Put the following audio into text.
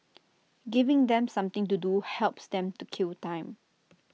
giving them something to do helps them to kill time